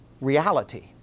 reality